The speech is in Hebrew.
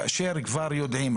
כאשר כבר יודעים,